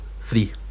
Three